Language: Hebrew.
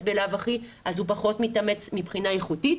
בלאו הכי הוא פחות מתאמץ מבחינה איכותית.